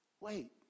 wait